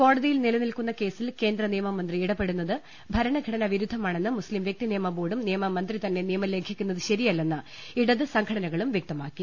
കോടതിയിൽ നിലനിൽക്കുന്ന കേസിൽ കേന്ദ്രനിയമ മന്ത്രി ഇട പെടുന്നത് ഭരണഘടനാവിരുദ്ധമാണെന്ന് മുസ്ലിം വൃക്തിനിയമ ബോർഡും നിയമ മന്ത്രി തന്നെ നിയമം ലംഘിക്കുന്നത് ശരിയ ല്ലെന്ന് ഇടത് സംഘടനകളും വൃക്തമാക്കി